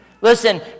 Listen